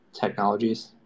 technologies